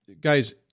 guys